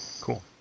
Cool